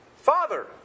Father